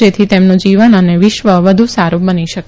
જેથી તેમનું જીવન અને વિશ્વ વધુ સારૂ બની શકે